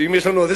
שאם יש לנו 50,